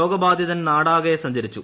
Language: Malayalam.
രോഗബാധിതൻ നാടാകെ സഞ്ചരിച്ചു